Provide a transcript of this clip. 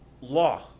law